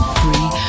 free